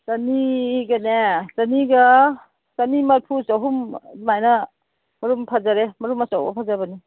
ꯆꯅꯤꯒꯅꯦ ꯆꯅꯤꯒ ꯆꯅꯤ ꯃꯔꯤꯐꯨ ꯆꯍꯨꯝ ꯑꯗꯨꯃꯥꯏꯅ ꯃꯔꯨꯝ ꯐꯖꯔꯦ ꯃꯔꯨꯝ ꯑꯆꯧꯕ ꯐꯖꯕꯅꯤ